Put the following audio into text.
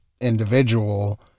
individual